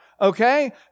okay